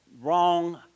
Wrong